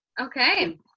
Okay